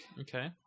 Okay